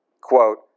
Quote